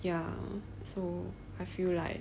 ya so I feel like